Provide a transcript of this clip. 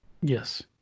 Yes